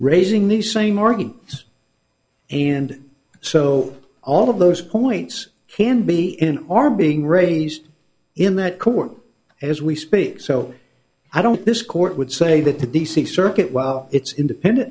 raising the same or going and so all of those points can be in our being raised in that court as we speak so i don't this court would say that the d c circuit while it's independent